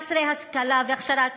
חסרי השכלה והכשרה.